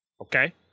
Okay